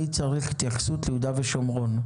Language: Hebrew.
אני צריך התייחסות ליהודה ושומרון.